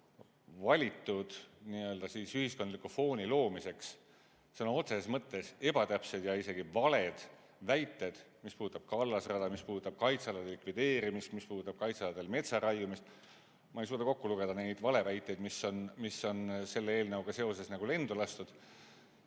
on valitud ühiskondliku fooni loomiseks sõna otseses mõttes ebatäpsed ja isegi valed väited, mis puudutab kallasrada, mis puudutab kaitsealade likvideerimist, mis puudutab kaitsealadel metsa raiumist? Ma ei suuda kokku lugeda neid valeväiteid, mis on selle eelnõuga seoses lendu lastud.